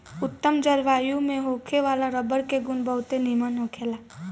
उत्तम जलवायु में होखे वाला रबर के गुण बहुते निमन होखेला